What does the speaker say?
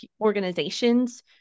organizations